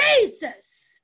Jesus